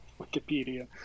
Wikipedia